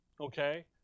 okay